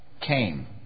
came